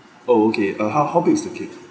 oh okay uh how how big is the cake